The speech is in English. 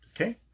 Okay